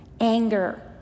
anger